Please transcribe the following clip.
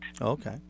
okay